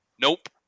nope